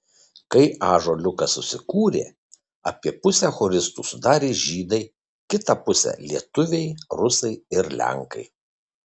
kai ąžuoliukas susikūrė apie pusę choristų sudarė žydai kitą pusę lietuviai rusai ir lenkai